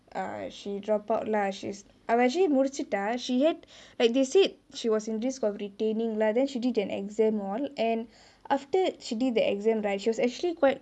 err she dropped out lah she's அவ:ava actually முடிச்சிட்டா:mudichittaa she hate they said she was in risk of retaining lah then she did her exam all and after she did the exam right she was actually quite